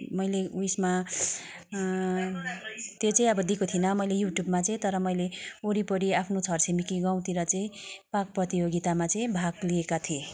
मैले उवेसमा त्यो चाहिँ अबो दिएको थिइनँ मैले युट्युबमा चाहिँ तर मैले वरिपरि आफ्नो छरछिमेकी गाउँतिर चाहिँ पाक प्रतियोगितामा चाहिँ भाग लिएको थिएँ